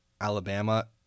Alabama